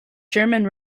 german